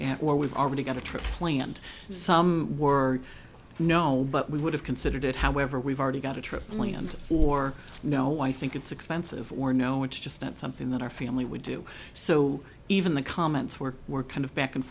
or we've already got a trick play and some words no but we would have considered it however we've already got a tripling and or no i think it's expensive or no it's just not something that our family would do so even the comments were were kind of back and